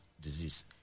disease